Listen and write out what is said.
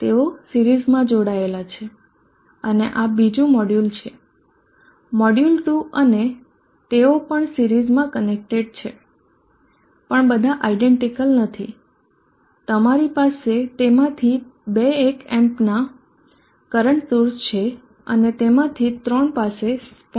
તેઓ સિરીઝમાં જોડાયેલા છે અને આ બીજું મોડ્યુલ છે મોડ્યુલ 2 અને તેઓ પણ સિરીઝમાં કનેક્ટેડ છે પણ બધા આયડેન્ટીકલ નથી તમારી પાસે તેમાંથી બે એક એપ્મનાં કરંટ સોર્સ છે અને તેમાંથી ત્રણ પાસે 0